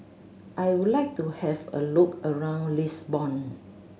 I would like to have a look around Lisbon